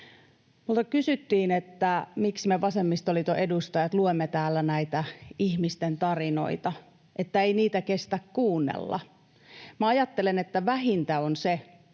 Minulta kysyttiin, miksi me vasemmistoliiton edustajat luemme täällä näitä ihmisten tarinoita, että ei niitä kestä kuunnella. Minä ajattelen, että vähintä on se,